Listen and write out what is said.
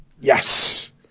Yes